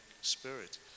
spirit